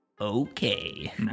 okay